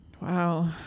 Wow